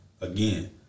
Again